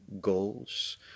goals